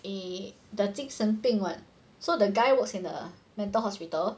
eh the 精神病 [what] so the guy works in the mental hospital